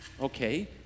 Okay